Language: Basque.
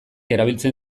erabiltzen